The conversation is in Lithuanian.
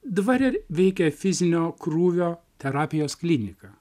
dvare ir veikia fizinio krūvio terapijos klinika